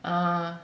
ah